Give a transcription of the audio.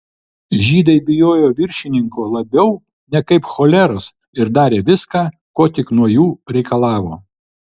žydai bijojo viršininko labiau nekaip choleros ir darė viską ko tik nuo jų reikalavo